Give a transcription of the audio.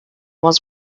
walls